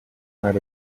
out